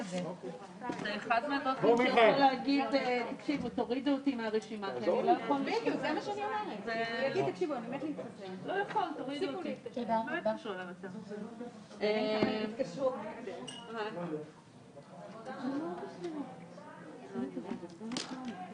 12:04.